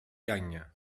gagne